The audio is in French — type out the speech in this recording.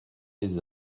mes